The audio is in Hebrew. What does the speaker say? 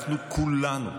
אנחנו כולנו,